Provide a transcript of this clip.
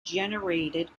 generated